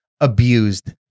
abused